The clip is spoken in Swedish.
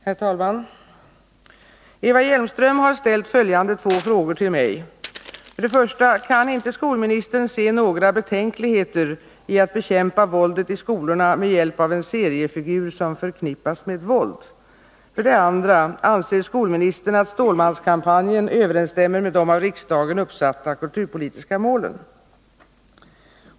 Herr talman! Eva Hjelmström har ställt följande två frågor till mig: 1. Kan inte skolministern se några betänkligheter i att bekämpa våldet i skolorna med hjälp av en seriefigur som förknippas med våld? 2. Anser skolministern att Stålmanskampanjen överensstämmer med de av riksdagen uppsatta kulturpolitiska målen?